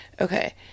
Okay